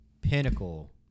pinnacle